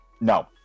No